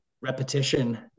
repetition